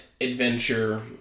adventure